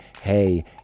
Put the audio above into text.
hey